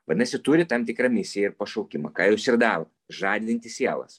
vadinasi turit tam tikrą misiją ir pašaukimą ką jūs ir darot žadinti sielas